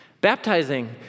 baptizing